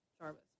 Jarvis